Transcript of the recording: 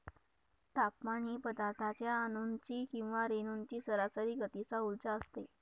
तापमान ही पदार्थाच्या अणूंची किंवा रेणूंची सरासरी गतीचा उर्जा असते